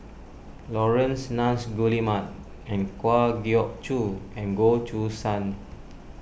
Laurence Nunns Guillemard and Kwa Geok Choo and Goh Choo San